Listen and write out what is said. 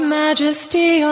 majesty